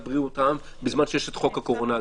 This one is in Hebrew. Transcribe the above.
בריאות העם בזמן שיש את חוק הקורונה הגדול?